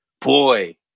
boy